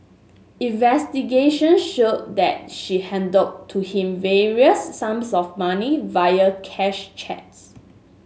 investigation showed that she handed to him various sums of money via cash cheques